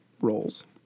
roles